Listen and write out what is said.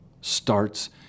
starts